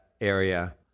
area